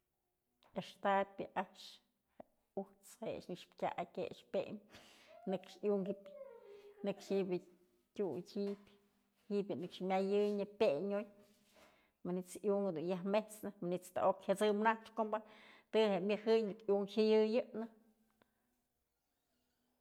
Ëxtapyë yë a'ax je'e ujt's je'e a'ax nëkxë tyak je'e a'ax pyembyë nëkxë i'unkë ji'ib, nëkxë ji'ibyë tyutë ji'ib, jybyë nëkx myayënyë peñotë, manyt's i'unkë dun yaj met'sne, manyt's jada'ok jyasëm naxkombë të je'e myëjënyë manytë i'unkë jayëyë'ënë.